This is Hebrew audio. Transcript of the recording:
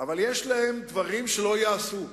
אבל יש להם דברים שלא ייעשו,